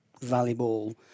valuable